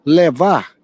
levar